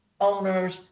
owners